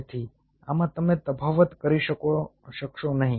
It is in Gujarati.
તેથી આમાં તમે તફાવત કરી શકશો નહીં